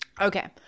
Okay